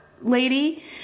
lady